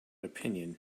opinion